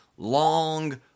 long